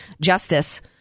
justice